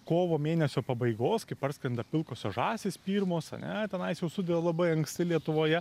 kovo mėnesio pabaigos kai parskrenda pilkosios žąsys pirmos ane tenais jau sudeda labai anksti lietuvoje